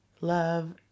love